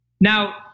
Now